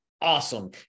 awesome